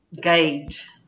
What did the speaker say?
gauge